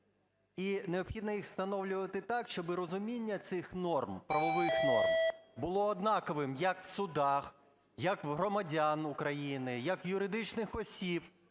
і необхідно їх встановлювати так, щоби розуміння цих норм, правових норм, було однаковим як в судах, як в громадян України, як в юридичних осіб.